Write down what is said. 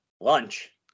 Lunch